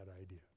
idea